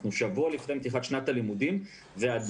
אנחנו שבוע לפני פתיחת שנת הלימודים ועדיין